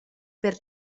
per